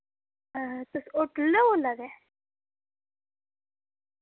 तुस होटल दा बोल्ला दे